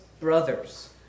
brothers